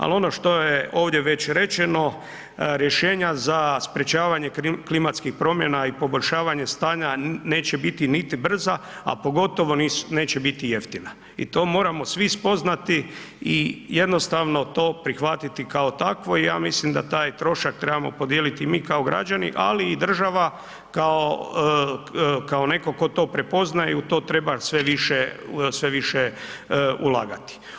Ali ono što je ovdje već rečeno, rješenja za sprečavanje klimatskih promjena i poboljšavanje stanja neće biti niti brza, a pogotovo neće biti jeftina i to moramo svi spoznati i jednostavno to prihvatiti kao takvo i ja mislim da taj trošak trebamo podijeliti i mi kao građani, ali i država kao netko tko to prepoznaje i u to treba sve više ulagati.